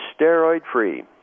steroid-free